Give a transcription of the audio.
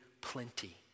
plenty